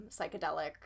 psychedelic